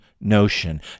notion